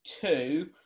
two